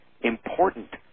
important